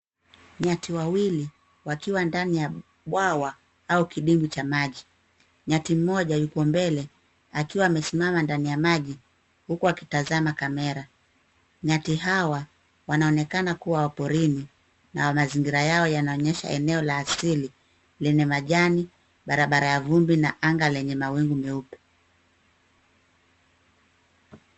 Nyati wawili wakiwa ndani ya bwawa au kidibwi cha maji. Nyati mmoja yuko mbele akiwa amesimama ndani ya maji huku akitazama kamera. Nyati hawa wanaonekana kuwa wa porini na mazingira yao yanaonyesha eneo la asili lenye majani, barabara ya vumbi na anga lenye mawingu meupe.